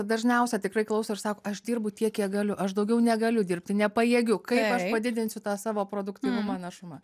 dažniausia tikrai klauso ir sako aš dirbu tiek kiek galiu aš daugiau negaliu dirbti nepajėgiu kaip aš padidinsiu tą savo produktyvumą našumą